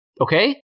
okay